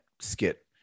skit